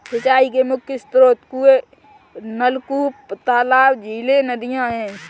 सिंचाई के मुख्य स्रोत कुएँ, नलकूप, तालाब, झीलें, नदियाँ हैं